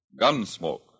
Gunsmoke